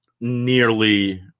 nearly